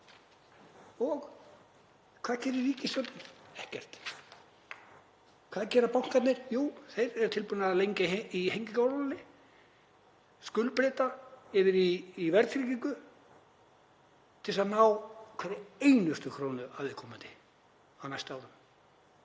Og hvað gerir ríkisstjórnin? Ekkert. Hvað gera bankarnir? Jú, þeir eru tilbúnir að lengja í hengingarólinni, skuldbreyta yfir í verðtryggingu til að ná hverri einustu krónu af viðkomandi á næstu árum.